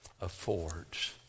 affords